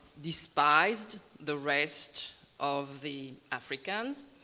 despised the rest of the africans.